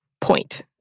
point